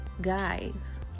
Guys